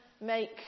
make